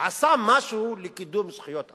עשה משהו לקידום זכויות אדם.